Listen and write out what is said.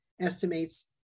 estimates